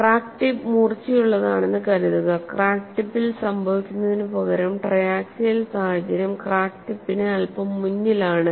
crack tip മൂർച്ചയുള്ളതാണെന്ന് കരുതുക crack ടിപ്പിൽ സംഭവിക്കുന്നതിനുപകരം ട്രയാക്സിയൽ സാഹചര്യം ക്രാക്ക് ടിപ്പിന് അല്പം മുന്നിലാണ്